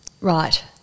Right